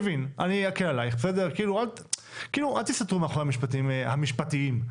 אל תסתתרו מאחורי המשפטים המשפטיים.